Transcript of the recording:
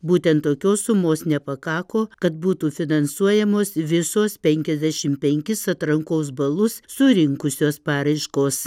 būtent tokios sumos nepakako kad būtų finansuojamos visos penkiasdešim penkis atrankos balus surinkusios paraiškos